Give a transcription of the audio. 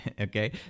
Okay